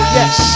yes